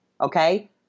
okay